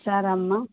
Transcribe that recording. సరే అమ్మ